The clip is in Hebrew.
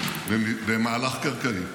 במהלך קרקעי,